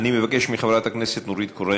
אני מבקש מחברת הכנסת נורית קורן,